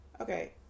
okay